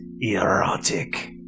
erotic